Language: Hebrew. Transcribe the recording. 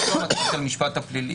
זאת לא המטרה של המשפט הפלילי.